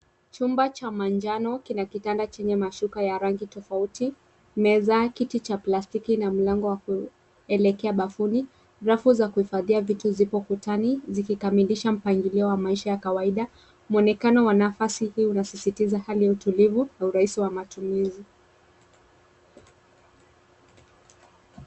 Chumba cha manjano ina kitanda chenye mashuka tofauti, meza, kiti cha plastiki na mlango wa kuelekea bafuni. Rafu za kuhifadhia vitu zipo ukutani zikikamilisha mpangilio wa maisha ya kawaida. Mwonekano wa nafasi hii inasiistiza hali ya utulivu na urahisi wa matumizi.